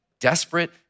desperate